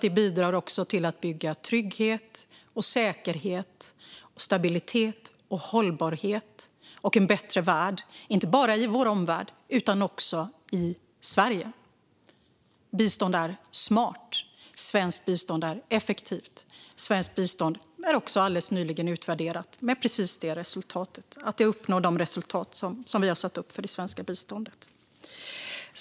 Det bidrar till att bygga trygghet och säkerhet, stabilitet och hållbarhet och en bättre värld - inte bara i vår omvärld utan också i Sverige. Bistånd är smart. Svenskt bistånd är effektivt. Svenskt bistånd är också alldeles nyligen utvärderat med resultatet att det uppnår de mål som vi har satt upp för det svenska biståndet.